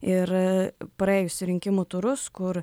ir praėjusių rinkimų turus kur